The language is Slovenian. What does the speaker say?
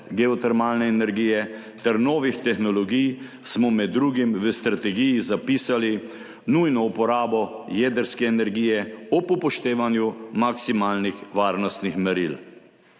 geotermalne energije ter novih tehnologij smo med drugim v strategiji zapisali nujno uporabo jedrske energije ob upoštevanju maksimalnih varnostnih meril.